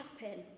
happen